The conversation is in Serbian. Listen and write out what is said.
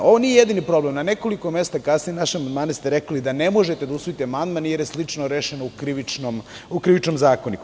Ovo nije jedini problem, na nekoliko mesta kasnije, naše amandmane ste rekli da ne možete da usvojite jer je slično rešeno u Krivičnom zakoniku.